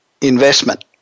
investment